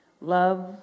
Love